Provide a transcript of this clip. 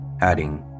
adding